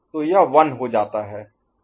तो यह 1 हो जाता है